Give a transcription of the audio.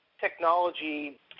technology